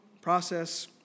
process